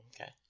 Okay